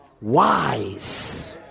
wise